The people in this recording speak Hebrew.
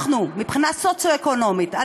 מבחינה סוציו-אקונומית,